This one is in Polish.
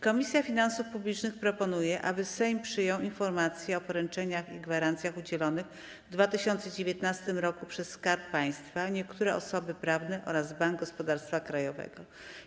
Komisja Finansów Publicznych proponuje, aby Sejm przyjął „Informację o poręczeniach i gwarancjach udzielonych w 2019 roku przez Skarb Państwa, niektóre osoby prawne oraz Bank Gospodarstwa Krajowego”